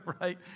right